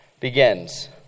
begins